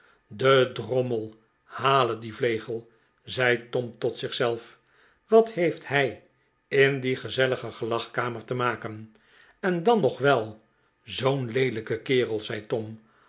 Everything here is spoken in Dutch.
de drommel hale dien vlegel zei tom tot zich zelf wat heeft hij in die gezellige gelagkamer te maken en dan nog wel zoo'n leelijke kerel zei tom